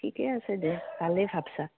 ঠিকে আছে দে ভালেই ভাবছা